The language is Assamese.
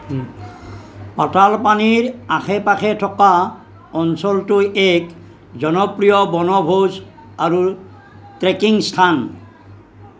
পাটালপানীৰ আশে পাশে থকা অঞ্চলটো এক জনপ্ৰিয় বনভোজ আৰু ট্ৰেকিং স্থান